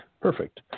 Perfect